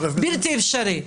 לא אצלנו.